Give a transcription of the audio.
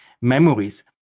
memories